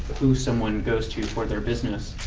who someone goes to for their business.